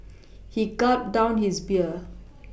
he gulped down his beer